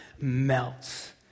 melts